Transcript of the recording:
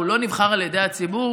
הוא לא נבחר על ידי הציבור,